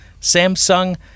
Samsung